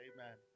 Amen